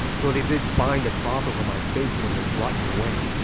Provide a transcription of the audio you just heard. though they did bind a cloth over my face when they brought me away.